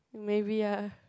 maybe yea